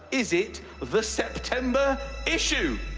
is it the september issue?